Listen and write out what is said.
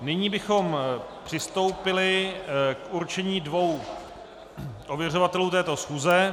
Nyní bychom přistoupili k určení dvou ověřovatelů této schůze.